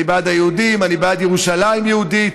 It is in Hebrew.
אני בעד היהודים, אני בעד ירושלים יהודית.